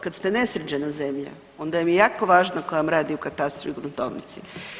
Kad ste nesređena zemlja onda vam je jako važno ko vam radi u katastru i gruntovnici.